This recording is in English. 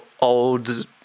old